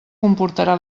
comportarà